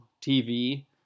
TV